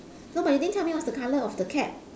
no but you didn't tell me what's the color of the cap